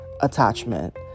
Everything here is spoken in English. attachment